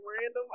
random